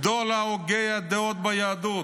גדול הוגי הדעות ביהדות.